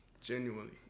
Genuinely